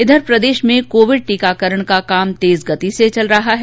इघर प्रदेश में कोविड टीकाकरण का काम तेज गति से चल रहा है